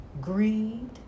greed